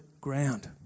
ground